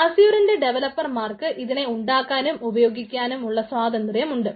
അസ്യൂറിന്റെ ഡെവലപ്പർമാർക്ക് ഇതിനെ ഉണ്ടാക്കാനും ഉപയോഗിക്കുവാനും ഉള്ള സ്വാതന്ത്ര്യം ഉണ്ട്